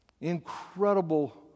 Incredible